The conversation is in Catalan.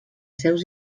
seus